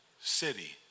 city